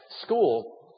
school